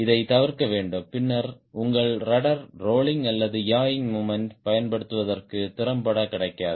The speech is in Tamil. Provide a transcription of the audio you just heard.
இதைத் தவிர்க்க வேண்டும் பின்னர் உங்கள் ரட்ட்ர் ரோலிங் அல்லது யாயிங் மொமெண்ட் பயன்படுத்துவதற்கு திறம்பட கிடைக்காது